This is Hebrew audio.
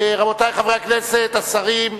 רבותי חברי הכנסת, השרים,